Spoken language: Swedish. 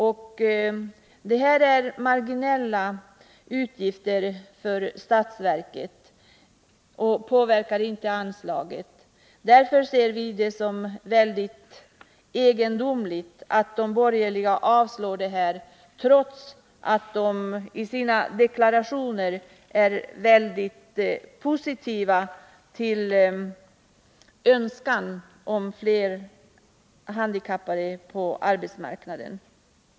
Utgifterna för statsverket är marginella och påverkar inte anslaget. Därför tycker vi det är egendomligt att de borgerliga utskottsledamöterna avstyrker vårt förslag, trots att de deklarerar en positiv syn på frågan och önskar se fler handikappade på arbetsmarknaden.